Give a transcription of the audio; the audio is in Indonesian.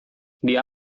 dia